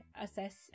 assess